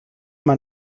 man